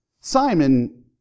Simon